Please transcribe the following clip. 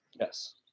yes